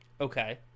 Okay